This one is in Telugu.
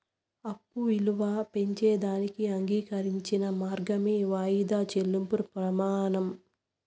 అప్పు ఇలువ పెంచేదానికి అంగీకరించిన మార్గమే వాయిదా చెల్లింపు ప్రమానం